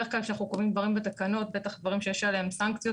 בתחילתו של חוק המזון הוגדרה פעולת הייצור עליה נדרש רישיון